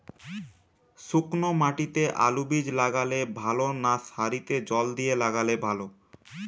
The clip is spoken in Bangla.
শুক্নো মাটিতে আলুবীজ লাগালে ভালো না সারিতে জল দিয়ে লাগালে ভালো?